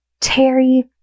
Terry